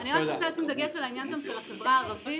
אני רק רוצה לשים דגש על מעורבות החברה הערבית.